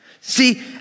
See